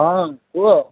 ହଁ କୁହ